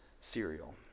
cereal